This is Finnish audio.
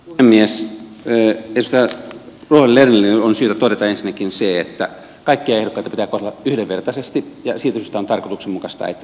edustaja ruohonen lernerille on syytä todeta ensinnäkin se että kaikkia ehdokkaita pitää kohdella yhdenvertaisesti ja silloin tietysti on tarkoituksenmukaista että se menee tarkastusvirastolle